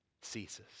ceases